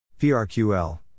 PRQL